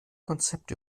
konzept